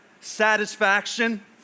satisfaction